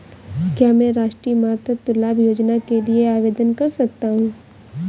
क्या मैं राष्ट्रीय मातृत्व लाभ योजना के लिए आवेदन कर सकता हूँ?